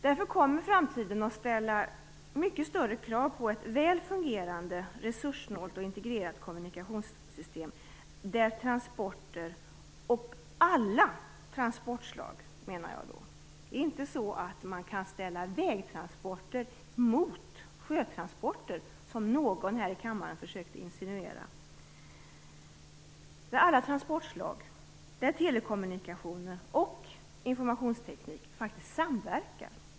Därför kommer det i framtiden att ställas mycket större krav på ett väl fungerande resurssnålt och integrerat kommunikationssystem där transporter - då menar jag alla transportslag, för man kan inte ställa vägtransporter mot sjötransporter, som någon i kammaren försökte insinuera - telekommunikationer och informationsteknik faktiskt samverkar.